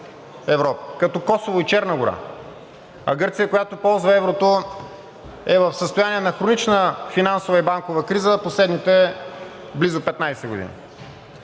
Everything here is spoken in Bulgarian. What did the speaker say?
като Косово и Черна гора, а Гърция, която ползва еврото, е в състояние на хронична финансова и банкова криза последните близо 15 години.